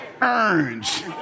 orange